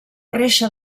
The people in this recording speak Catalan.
reixa